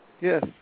Yes